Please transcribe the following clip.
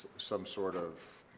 some sort of,